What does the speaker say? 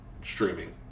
streaming